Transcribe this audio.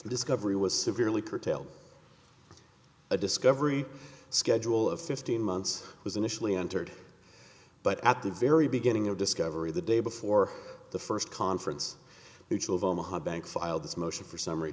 discovery was severely curtailed a discovery schedule of fifteen months was initially entered but at the very beginning of discovery the day before the first conference the chill of omaha bank filed this motion for summary